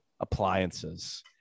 appliances